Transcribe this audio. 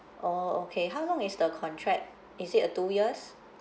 oh okay how long is the contract is it a two years